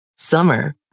summer